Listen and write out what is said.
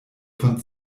von